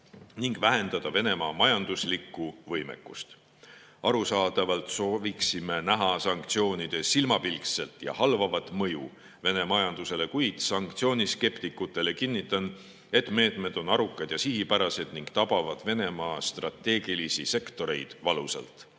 ning vähendada Venemaa majanduslikku võimekust. Arusaadavalt sooviksime näha sanktsioonide silmapilkset ja halvavat mõju Vene majandusele, kuid sanktsiooniskeptikutele kinnitan, et meetmed on arukad ja sihipärased ning tabavad Venemaa strateegilisi sektoreid valusalt.